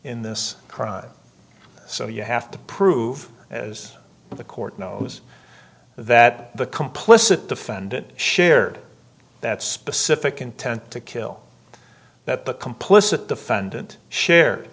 in this crime so you have to prove as the court knows that the complicit defendant shared that specific intent to kill that the complicit defendant share